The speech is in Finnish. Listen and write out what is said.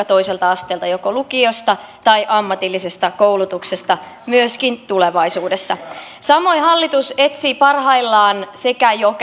toiselta asteelta joko lukiosta tai ammatillisesta koulutuksesta myöskin tulevaisuudessa samoin hallitus etsii parhaillaan jo